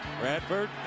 Bradford